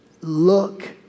Look